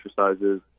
exercises